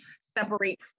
separate